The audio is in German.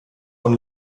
von